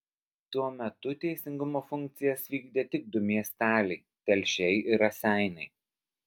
tuo metu teisingumo funkcijas vykdė tik du miesteliai telšiai ir raseiniai